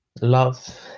love